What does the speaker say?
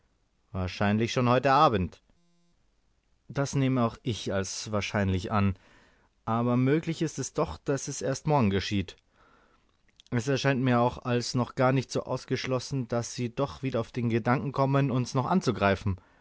wahrscheinlich schon heut abend das nehme auch ich als wahrscheinlich an aber möglich ist es doch daß es erst morgen geschieht es erscheint mir auch als noch gar nicht so ausgeschlossen daß sie doch wieder auf den gedanken kommen uns noch anzugreifen